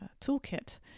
toolkit